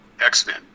X-Men